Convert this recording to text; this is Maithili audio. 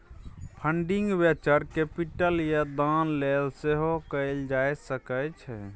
फंडिंग वेंचर कैपिटल या दान लेल सेहो कएल जा सकै छै